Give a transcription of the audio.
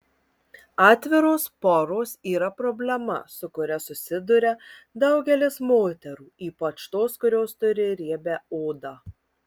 atviros poros yra problema su kuria susiduria daugelis moterų ypač tos kurios turi riebią odą